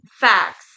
Facts